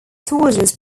soldiers